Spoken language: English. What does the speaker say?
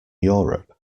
europe